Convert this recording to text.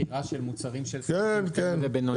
אתה מתכוון למכירה של מוצרים של עסקים קטנים ובינוניים?